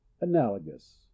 analogous